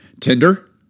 Tinder